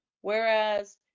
whereas